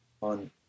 On